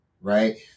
Right